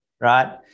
right